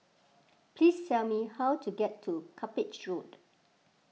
please tell me how to get to Cuppage Road